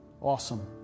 Awesome